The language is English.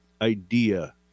idea